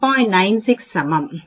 96 சமம் 0